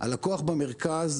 הלקוח במרכז,